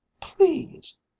please